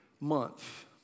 month